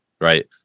right